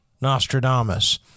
Nostradamus